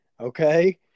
Okay